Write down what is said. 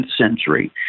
century